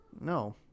No